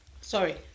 Sorry